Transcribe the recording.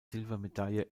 silbermedaille